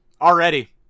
already